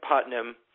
Putnam